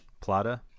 Plata